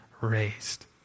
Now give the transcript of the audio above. raised